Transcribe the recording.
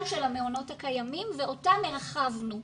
של המעונות הקיימים ואותם הרחבנו.